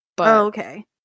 okay